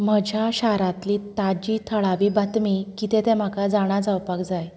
म्हज्या शारातली ताज्जी थळावी बातमी कितें तें म्हाका जाणा जावपाक जाय